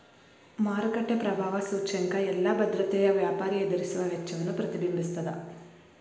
ಮಾರುಕಟ್ಟೆ ಪ್ರಭಾವ ಸೂಚ್ಯಂಕ ಎಲ್ಲಾ ಭದ್ರತೆಯ ವ್ಯಾಪಾರಿ ಎದುರಿಸುವ ವೆಚ್ಚವನ್ನ ಪ್ರತಿಬಿಂಬಿಸ್ತದ